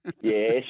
Yes